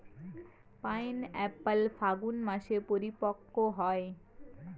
pineapple ফাল্গুন মাসে পরিপক্ব হয়